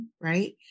right